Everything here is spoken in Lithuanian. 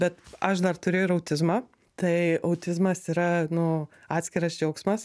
bet aš dar turiu ir autizmą tai autizmas yra nu atskiras džiaugsmas